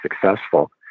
successful